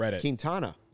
Quintana